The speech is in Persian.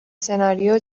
سناریو